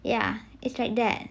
ya it's like that